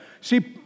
See